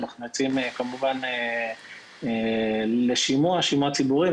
אנחנו יוצאים כמובן לשימוע ציבורי,